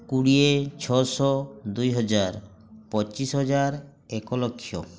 କୋଡ଼ିଏ ଛଅଶହ ଦୁଇ ହଜାର ପଚିଶ ହଜାର ଏକ ଲକ୍ଷ